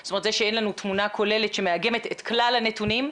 זה שאין לנו תמונה כוללת שמאגמת את כלל הנתונים.